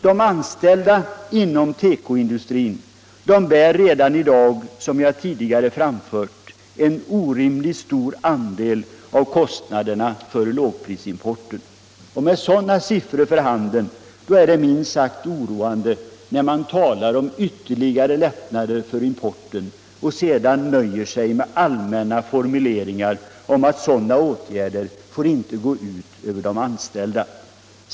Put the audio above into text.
De anställda inom tekoindustrin bär redan i dag, som jag tidigare anfört, en orimligt stor del av kostnaderna för lågprisimporten. Med sådana siffror för handeln är det minst sagt oroande när man talar om ytterligare lättnader för importen och sedan nöjer sig med allmänna formuleringar om att sådana åtgärder inte får gå ut över de anställda.